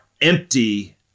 empty